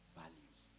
values